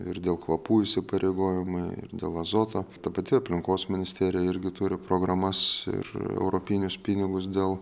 ir dėl kvapų įsipareigojimai ir dėl azoto ta pati aplinkos ministerija irgi turi programas ir europinius pinigus dėl